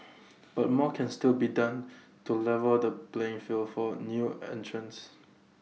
but more can still be done to level the playing field for new entrants